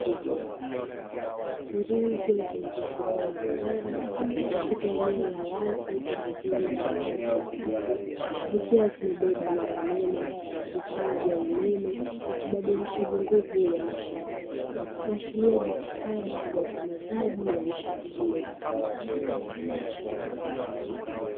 Nguzo zilizosimama imara katika eneo la wazi pembezoni mwa makazi ya watu zikiwa zimebeba nyaya nene, vifaa vya umeme na kibadirishaji nguvu wa nishati kuashiria jitihada za usambazaji wa nishati hiyo.